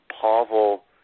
Pavel